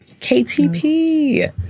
KTP